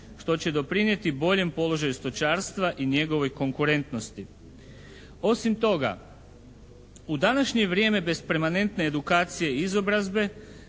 što će doprinijeti boljem položaju stočarstva i njegovih konkurentnosti. Osim toga u današnje vrijeme bez permanentne edukacije i izobrazbe,